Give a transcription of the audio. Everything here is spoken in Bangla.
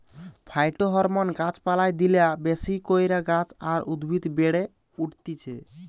ফাইটোহরমোন গাছ পালায় দিলা বেশি কইরা গাছ আর উদ্ভিদ বেড়ে উঠতিছে